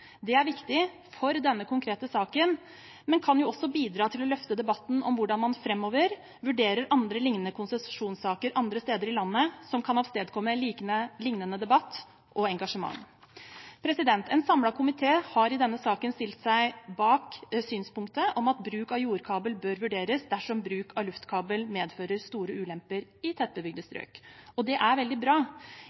Det er viktig for denne konkrete saken, men det kan også bidra til å løfte debatten om hvordan man framover vurderer andre lignende konsesjonssaker andre steder i landet som kan avstedkomme lignende debatt og engasjement. En samlet komité har i denne saken stilt seg bak synspunktet om at bruk av jordkabel bør vurderes dersom bruk av luftkabel medfører store ulemper i tettbygde strøk, og det er veldig bra.